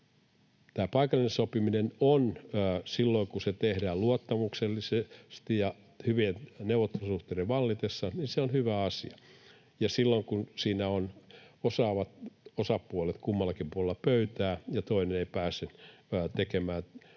Tämä paikallinen sopiminen silloin, kun se tehdään luottamuksellisesti ja hyvien neuvotteluolosuhteiden vallitessa, on hyvä asia, silloin kun siinä on osaavat osapuolet kummallakin puolella pöytää ja toinen ei pääse käyttämään tilannetta